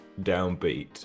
downbeat